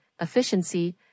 efficiency